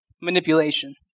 manipulation